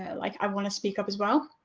i like i want to speak up as well.